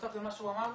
בנוסף למה שהוא אמר,